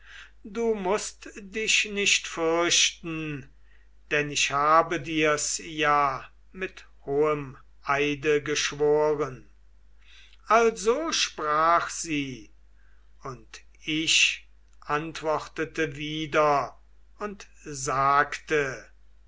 du mußt dich nicht fürchten denn ich habe dir's ja mit hohem eide geschworen also sprach sie und ich antwortete wieder und sagte